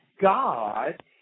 God